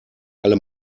alle